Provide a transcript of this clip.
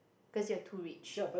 cause you are too rich